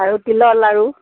আৰু তিলৰ লাড়ু